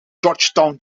georgetown